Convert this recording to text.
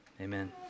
Amen